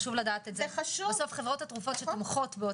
בסוף חברות התרופות שתומכות,